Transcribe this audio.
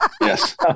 Yes